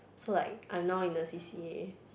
so like I'm now in the C_C_A